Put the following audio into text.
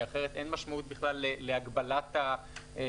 כי אחרת אין משמעות בכלל להגבלת התקופה